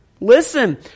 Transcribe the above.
Listen